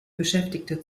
beschäftigte